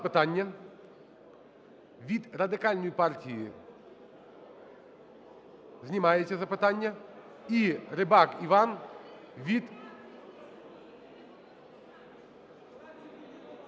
Від Радикальної партії знімається запитання. І Рибак Іван від…